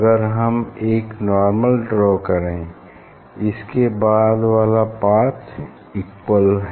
अगर हम एक नार्मल ड्रा करे इसके बाद वाला पाथ इक्वल है